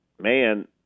man